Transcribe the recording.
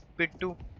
victim